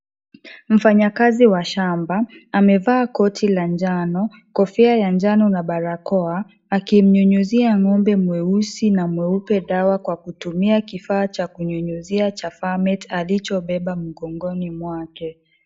Mfanyakazi wa shamba amevaa koti la njano, kofia ya njano na barakoa, akimnyunyizia ng'ombe mweusi na mweupe dawa kwa kutumia kifaa cha kunyunyizia cha Farmet alicho beba mgongoni mwake.